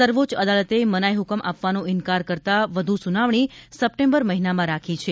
સર્વોચ્ચ અદાલતે મનાઇ હુકમ આપવાનો ઇન્કાર કરતાં વધુ સુનાવણી સપ્ટેમ્બર મહિનામાં રાખી છે